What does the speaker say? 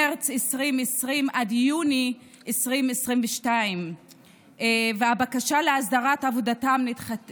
מרץ 2020 עד יוני 2022 והבקשה להסדרת עבודתם